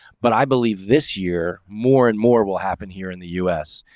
but i believe this year more and more will happen here in the u. s.